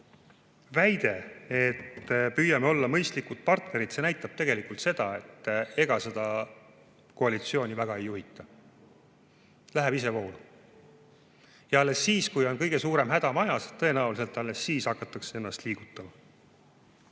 väide, et püüame olla mõistlikud partnerid, näitab tegelikult seda, et ega seda koalitsiooni väga ei juhita, see läheb isevoolu. Alles siis, kui on kõige suurem häda majas, tõenäoliselt alles siis hakatakse ennast liigutama.